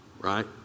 Right